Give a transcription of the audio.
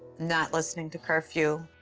not listening to curfew.